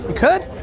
could.